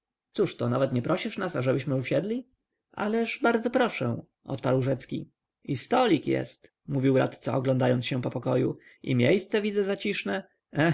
rozrusza cóżto nawet nie prosisz nasz ażebyśmy usiedli ależ bardzo proszę odpowiedział rzecki i stolik jest mówił radca oglądając się po pokoju i miejsce widzę zaciszne